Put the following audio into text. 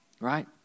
right